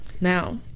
Now